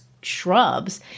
shrubs